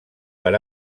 per